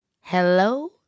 Hello